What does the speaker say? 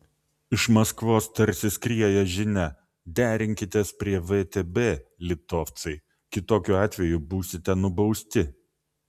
iš maskvos tarsi skrieja žinia derinkitės prie vtb litovcai kitokiu atveju būsite nubausti